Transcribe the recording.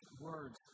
words